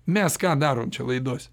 mes ką darom čia laidose